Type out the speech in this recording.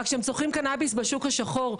אבל הם צורכים אותו בשוק השחור,